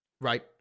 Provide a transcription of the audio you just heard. Right